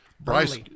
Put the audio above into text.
Bryce